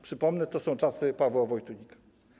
Przypomnę, to są czasy Pawła Wojtunika.